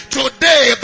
today